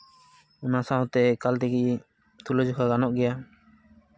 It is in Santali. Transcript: ᱚᱱᱟ ᱥᱟᱶᱛᱮ ᱮᱠᱟᱞ ᱛᱮᱜᱮ ᱛᱩᱞᱟᱹᱡᱚᱠᱷᱟ ᱜᱟᱱᱚᱜ ᱜᱮᱭᱟ